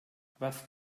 was